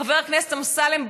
חבר הכנסת אמסלם,